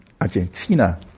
Argentina